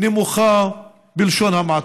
נמוכה, בלשון המעטה?